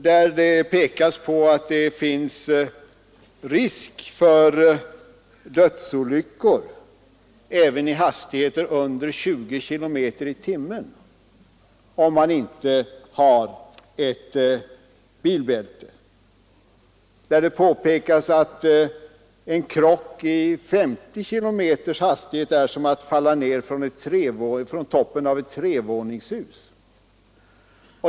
Där påpekas att det finns risk för dödsolyckor även vid hastigheter under 20 km tim är som att falla ned från taket på ett trevåningshus.